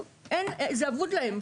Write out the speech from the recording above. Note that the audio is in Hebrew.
זה אבוד להם.